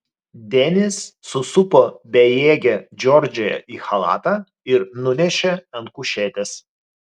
denis susupo bejėgę džordžiją į chalatą ir nunešė ant kušetės